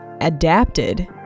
adapted